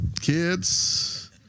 Kids